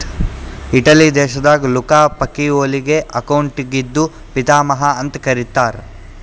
Italy ದೇಶದಾಗ್ Luca ಪಕಿಒಲಿಗ ಅಕೌಂಟಿಂಗ್ದು ಪಿತಾಮಹಾ ಅಂತ್ ಕರಿತ್ತಾರ್